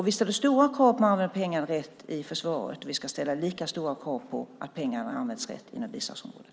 Vi ställer stora krav på att man använder pengarna rätt i försvaret. Vi ska ställa lika stora krav på att pengarna används rätt inom biståndsområdet.